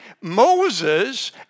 Moses